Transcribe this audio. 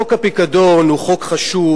חוק הפיקדון הוא חוק חשוב,